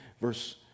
Verse